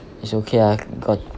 is okay ah got